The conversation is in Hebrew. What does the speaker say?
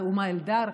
ראומה אלדר,